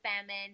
famine